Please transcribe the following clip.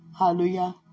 Hallelujah